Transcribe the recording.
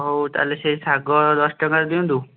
ହଉ ତା'ହେଲେ ସେହି ଶାଗ ଦଶ ଟଙ୍କାର ଦିଅନ୍ତୁ